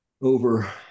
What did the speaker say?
over